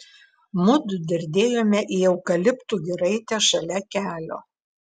mudu dardėjome į eukaliptų giraitę šalia kelio